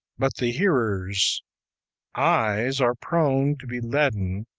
but the hearers' eyes are prone to be leaden,